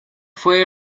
fue